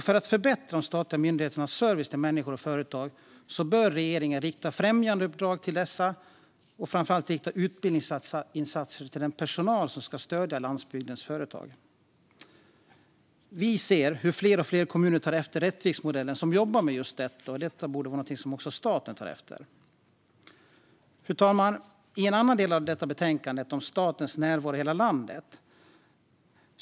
För att förbättra de statliga myndigheternas service till människor och företag bör regeringen rikta främjandeuppdrag till dessa och framför allt rikta utbildningsinsatser till den personal som ska stödja landsbygdens företag. Vi ser hur fler och fler kommuner tar efter Rättviksmodellen, som jobbar med dessa frågor. Och det borde vara något som också staten tar efter. Fru talman! I en annan del av detta betänkande tas frågor om statens närvaro i hela landet upp.